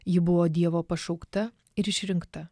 ji buvo dievo pašaukta ir išrinkta